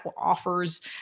offers